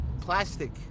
Plastic